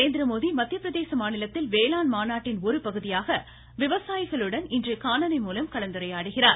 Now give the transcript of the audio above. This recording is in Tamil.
நரேந்திரமோடி மத்திய பிரதேச மாநிலத்தில் வேளாண் மாநாட்டின் ஒருபகுதியாக விவசாயிகளுடன் இன்று காணொலிமூலம் கலந்துரையாடுகிறார்